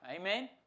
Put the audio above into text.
Amen